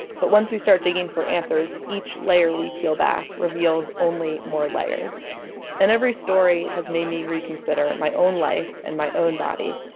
but once we start digging for answers, each layer we peel back, reveals even more layers and every story has made me reconsider my own life, and my own body.